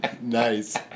Nice